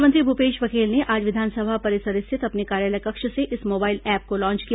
मुख्यमंत्री भूपेश बघेल ने आज विधानसभा परिसर स्थित अपने कार्यालय कक्ष से इस मोबाइल ऐप को लॉन्च किया